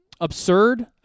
absurd